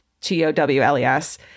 t-o-w-l-e-s